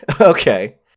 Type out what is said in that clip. Okay